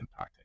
impacting